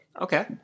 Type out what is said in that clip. Okay